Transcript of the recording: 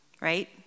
right